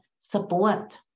support